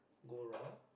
go raw